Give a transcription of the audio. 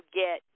get